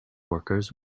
workers